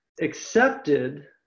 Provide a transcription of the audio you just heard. accepted